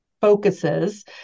focuses